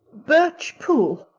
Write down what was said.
birch pool,